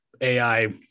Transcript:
AI